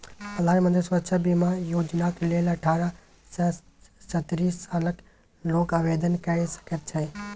प्रधानमंत्री सुरक्षा बीमा योजनाक लेल अठारह सँ सत्तरि सालक लोक आवेदन कए सकैत छै